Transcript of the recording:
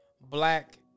black